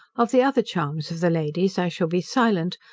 of the other charms of the ladies i shall be silent,